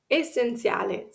essenziale